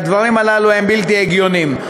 הדברים הללו הם בלתי הגיוניים.